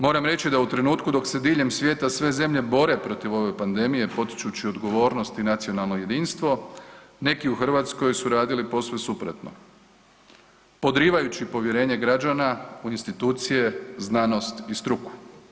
Moram reći da u trenutku dok se diljem svijeta sve zemlje bore protiv ove pandemije potičući odgovornost i nacionalno jedinstvo neki u Hrvatskoj su radili posve suprotno podrivajući povjerenje građana u institucije, znanost i struku.